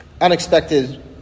unexpected